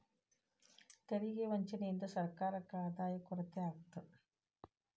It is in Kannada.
ತೆರಿಗೆ ವಂಚನೆಯಿಂದ ಸರ್ಕಾರಕ್ಕ ಆದಾಯದ ಕೊರತೆ ಆಗತ್ತ